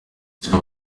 ndetse